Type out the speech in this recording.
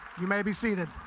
you may be seated.